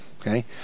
okay